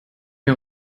mir